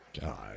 God